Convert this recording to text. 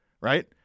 Right